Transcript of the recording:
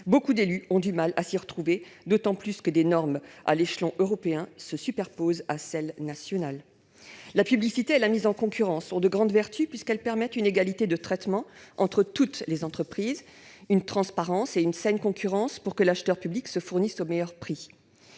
Beaucoup d'élus ont du mal à s'y retrouver, d'autant que des normes européennes se superposent aux nationales. La publicité et la mise en concurrence ont de grandes vertus puisqu'elles permettent une égalité de traitement entre toutes les entreprises, une transparence et une saine concurrence pour que l'acheteur public se fournisse au meilleur prix.